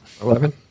Eleven